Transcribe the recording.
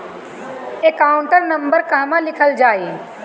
Account number कहवा लिखल जाइ?